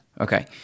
Okay